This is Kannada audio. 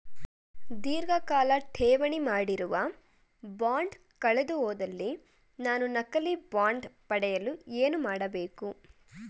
ಧೀರ್ಘಕಾಲ ಠೇವಣಿ ಮಾಡಿರುವ ಬಾಂಡ್ ಕಳೆದುಹೋದಲ್ಲಿ ನಾನು ನಕಲಿ ಬಾಂಡ್ ಪಡೆಯಲು ಏನು ಮಾಡಬೇಕು?